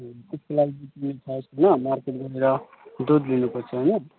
त्यसको लागि मार्केट गएर दुध लिनुपर्छ होइन